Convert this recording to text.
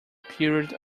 period